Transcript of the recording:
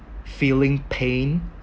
feeling pain